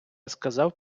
сказав